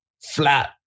flat